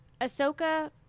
Ahsoka